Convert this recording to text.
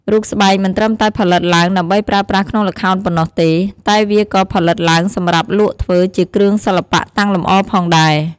រូបស្បែកមិនត្រឹមតែផលិតឡើងដើម្បីប្រើប្រាស់ក្នុងល្ខោនប៉ុណ្ណោះទេ តែវាក៏ផលិតឡើងសម្រាប់លក់ធ្វើជាគ្រឿងសិល្បៈតាំងលម្អផងដែរ។